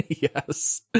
Yes